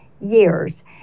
years